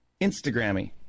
Instagrammy